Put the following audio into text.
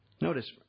Notice